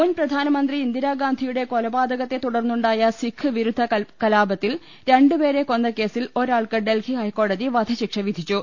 മുൻ പ്രധാനമന്ത്രി ഇന്ദിരാഗാന്ധിയുടെ കൊലപാതകത്തെ തുടർന്നുണ്ടായ സിഖ് വിരുദ്ധ കലാപത്തിൽ രണ്ടുപേരെ കൊന്ന കേസിൽ ഒരാൾക്ക് ഡൽഹി ഹൈക്കോടതി വധശിക്ഷ വിധിച്ചു